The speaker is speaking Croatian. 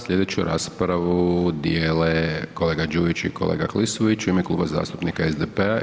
Sljedeću raspravu dijele kolega Đujić i kolega Klisović u ime Kluba zastupnika SDP-a.